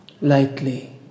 lightly